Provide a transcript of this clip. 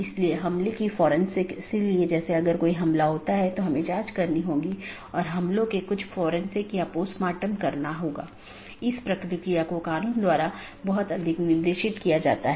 किसी भी ऑटॉनमस सिस्टमों के लिए एक AS नंबर होता है जोकि एक 16 बिट संख्या है और विशिष्ट ऑटोनॉमस सिस्टम को विशिष्ट रूप से परिभाषित करता है